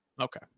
Okay